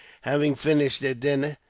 having finished their dinner,